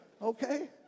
okay